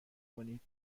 کنید